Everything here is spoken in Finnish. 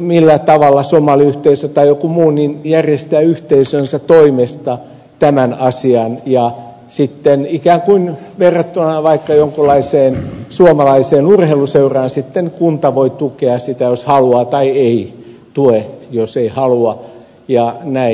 millä tavalla somaliyhteisö tai joku muu järjestää yhteisönsä toimesta tämän asian ja sitten ikään kuin verrattuna vaikka jonkunlaiseen suomalaiseen urheiluseuraan kunta voi tukea sitä jos haluaa tai ei tue jos ei halua ja näin